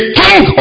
king